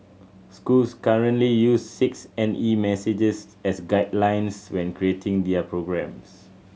schools currently use six N E messages as guidelines when creating their programmes